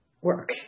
work